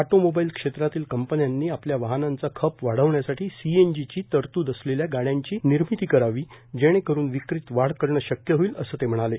automobile सेत्रातील कंपन्यांनी आपल्या वाहनांचा खप वाढवण्यासाठी सीएनजीची तरतूद असलेल्या गाड्यांची निर्मिती करावी जेणे कस्न विक्रीत वाढ करणं शक्य होईल असं ते म्हणाले